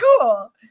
cool